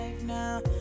now